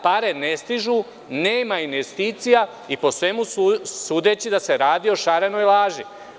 Pare ne stižu, nema investicija i, po svemu sudeći, radi se o šarenoj laži.